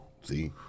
See